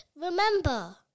Remember